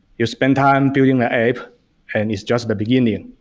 you spend time building the app and it's just the beginning.